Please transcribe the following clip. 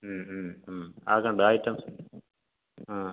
അതൊക്കെയുണ്ട് ആ ഐറ്റംസ് ആ